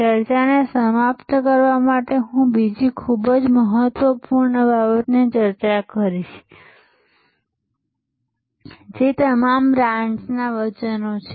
ચર્ચાને સમાપ્ત કરવા માટે હું બીજી ખૂબ જ મહત્વપૂર્ણ બાબતની ચર્ચા કરીશ જે તમામ બ્રાન્ડ્સ વચનો છે